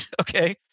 Okay